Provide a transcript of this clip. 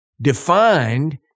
defined